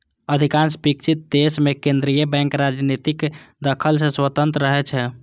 अधिकांश विकसित देश मे केंद्रीय बैंक राजनीतिक दखल सं स्वतंत्र रहै छै